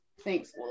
Thanks